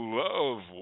love